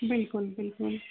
بلکُل بلکُل